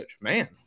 man